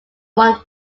one